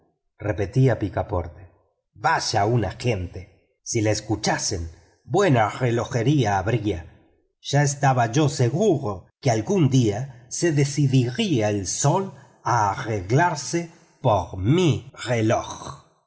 repetía picaporte vaya una gente si la escuchasen buena relojería habría ya estaba yo seguro que algún día se decidiría el sol a arreglarse por mi reloj